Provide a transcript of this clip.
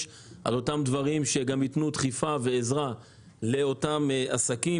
על אותם דברים שגם יתנו דחיפה ועזרה לאותם עסקים.